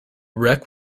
wreck